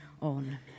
on